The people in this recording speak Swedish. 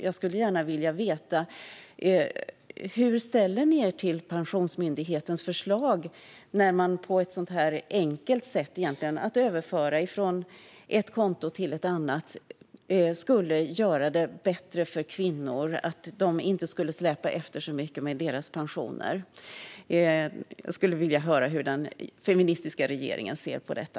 Jag skulle gärna vilja veta hur ni ställer er till Pensionsmyndighetens förslag, när man så här enkelt - egentligen genom att överföra från ett konto till ett annat - skulle kunna göra det bättre för kvinnor och få deras pensioner att inte släpa efter så mycket. Hur ser den feministiska regeringen på detta?